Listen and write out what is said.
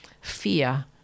fear